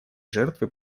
жертвы